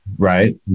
right